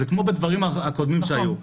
זה כמו בדברים הקודמים שהיו.